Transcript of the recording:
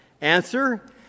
Answer